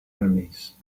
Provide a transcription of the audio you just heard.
enemies